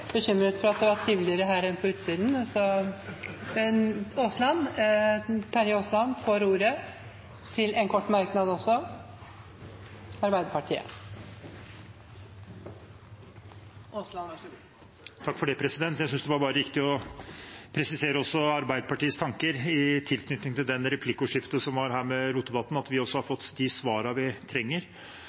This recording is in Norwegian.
for at det var triveligere her enn på utsiden. Representanten Terje Aasland har hatt ordet to ganger før og får ordet til en kort merknad, begrenset til 1 minutt. Jeg synes bare det var riktig å presisere også Arbeiderpartiets tanker i tilknytning til replikkordskiftet med statsråd Rotevatn. Vi har også fått de svarene vi trenger,